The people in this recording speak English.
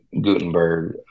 Gutenberg